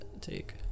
take